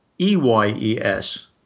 E-Y-E-S